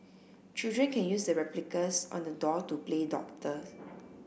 children can use the replicas on the doll to play doctor